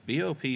BOP